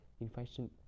infection